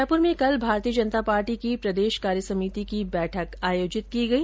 जयपुर में कल भारतीय जनता पार्टी की प्रदेश कार्य समिति की बैठक आयोजित की गई